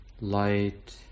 light